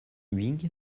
huyghe